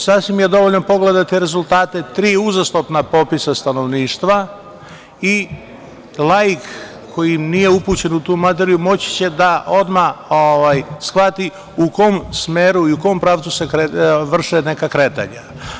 Sasvim je dovoljno pogledati rezultate tri uzastopna popisa stanovništva i laik koji nije upućen u tu materiju moći će da odmah shvati u kom smeru i u kom pravcu se vrše neka kretanja.